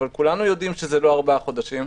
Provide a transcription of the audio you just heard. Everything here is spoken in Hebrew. אבל כולנו יודעים שזה לא ארבעה חודשים.